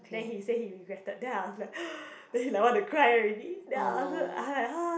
then he say he regretted then I was like then he like want to cry already then I also I like !huh!